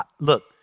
look